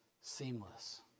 seamless